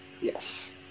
Yes